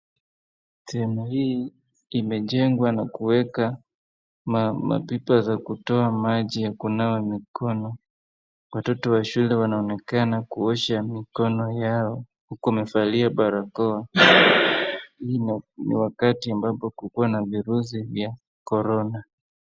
Sehemu hii imejengwa na kuweka mapipa za kutoa maji ya kunawa mikono. Watoto wa shule wanoenakana kuosha yao, huku wamevalia barakoa. Hii ni wakati ambapo kulikuwa na virusi vya corona.